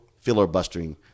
filibustering